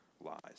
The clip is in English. lies